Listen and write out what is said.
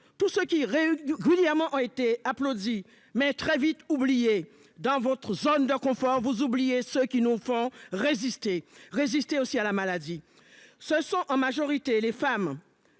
tous ceux qui régulièrement ont été applaudi mais très vite oublié dans votre zone de confort. Vous oubliez ceux qui n'ont pas résisté résisté aussi à la maladie. Ce sont en majorité les femmes.